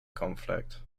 conflict